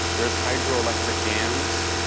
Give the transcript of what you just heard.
there's hydro-electric dams,